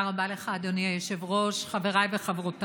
תודה רבה לך, אדוני היושב-ראש, חבריי וחברותיי,